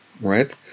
right